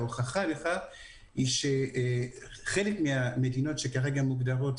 וההוכחה לכך היא שחלק מהמדינות שכרגע מוגדרות